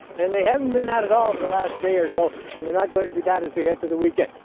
and they haven't been that at all over the last day or so, and they're not going to be that as you head to the weekend.